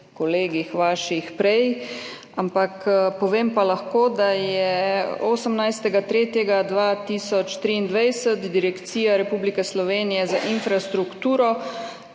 kolegih prej. Ampak povem pa lahko, da je 18. 3. 2023 Direkcija Republike Slovenije za infrastrukturo